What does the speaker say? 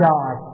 God